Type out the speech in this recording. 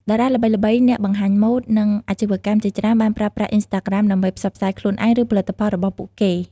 តារាល្បីៗ អ្នកបង្ហាញម៉ូត និងអាជីវកម្មជាច្រើនបានប្រើប្រាស់ អ៊ិនស្តាក្រាម ដើម្បីផ្សព្វផ្សាយខ្លួនឯង ឬផលិតផលរបស់ពួកគេ។